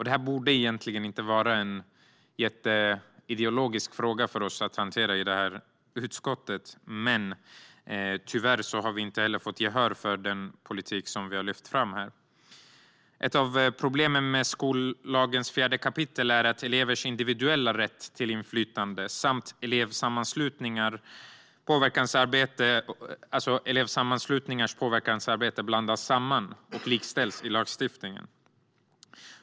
Detta borde egentligen inte vara en jätteideologisk fråga för oss att hantera i utskottet, men tyvärr har vi inte fått gehör för den politik vi har lyft fram. Ett av problemen med skollagens 4 kap. är att elevers individuella rätt till inflytande och elevsammanslutningars påverkansarbete blandas samman och likställs i lagstiftningen.